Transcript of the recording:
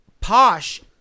posh